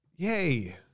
Yay